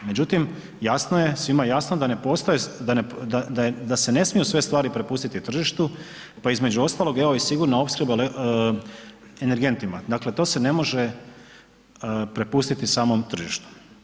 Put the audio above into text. Međutim, jasno je, svima je jasno da ne postoje, da se ne smiju sve stvari prepustiti tržištu, pa između ostalog evo i sigurna opskrba energentima, dakle to se ne može prepustiti samom tržištu.